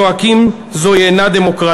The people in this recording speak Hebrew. הם מקפלים את הדגל וזועקים: זוהי אינה דמוקרטיה.